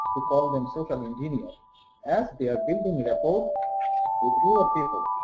we call them social engineer as they are building rapport with rural people,